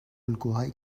الگوهای